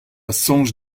soñj